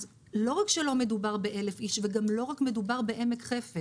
אז לא רק שלא מדובר ב-1,000 איש וגם לא רק מדובר בעמק חפר.